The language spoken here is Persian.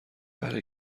بله